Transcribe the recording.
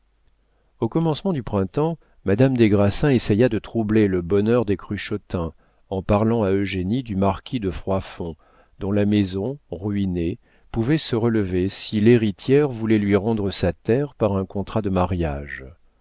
au commencement du printemps madame des grassins essaya de troubler le bonheur des cruchotins en parlant à eugénie du marquis de froidfond dont la maison ruinée pouvait se relever si l'héritière voulait lui rendre sa terre par un contrat de mariage